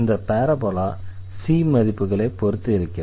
இந்த parabola c மதிப்புகளை பொறுத்து இருக்கிறது